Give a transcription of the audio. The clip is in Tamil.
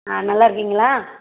ஆ நல்லா இருக்கீங்களா